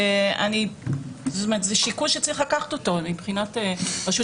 זה שיקול שצריך לקחת אותו מבחינת רשות